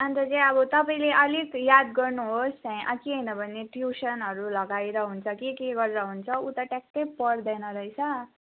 अन्त चाहिँ अब तपाईँले अलिक याद गर्नुहोस् कि होइन भने भने ट्युसनहरू लगाएर हुन्छ कि के गरेर हुन्छ उ त टयाक्कै पढ्दैन रहेछ